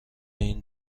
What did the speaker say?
این